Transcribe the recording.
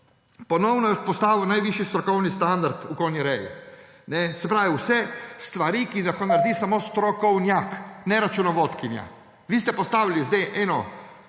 Ponovno je vzpostavil najvišji strokovni standard v konjereji. Se pravi vse stvari, ki jih lahko naredi samo strokovnjak, ne računovodkinja. Vi ste postavili zdaj eno